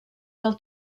del